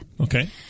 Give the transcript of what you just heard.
Okay